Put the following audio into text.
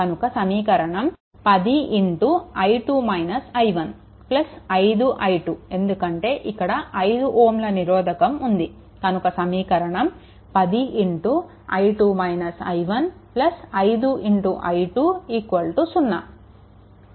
కనుక సమీకరణం 10i2 - i1 5 i2 ఎందుకంటే ఇక్కడ 5 Ωల నిరోధకం ఉంది కనుక సమీకరణం 10 i2 - i1 5 i2 0